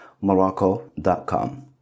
morocco.com